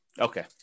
okay